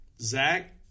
Zach